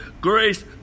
grace